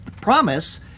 promise